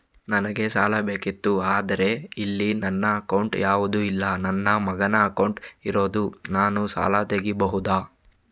ನನಗೆ ಸಾಲ ಬೇಕಿತ್ತು ಆದ್ರೆ ಇಲ್ಲಿ ನನ್ನ ಅಕೌಂಟ್ ಯಾವುದು ಇಲ್ಲ, ನನ್ನ ಮಗನ ಅಕೌಂಟ್ ಇರುದು, ನಾನು ಸಾಲ ತೆಗಿಬಹುದಾ?